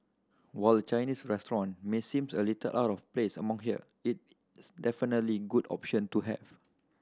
while a Chinese restaurant may seems a little out of place among here it it's definitely good option to have